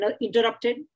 interrupted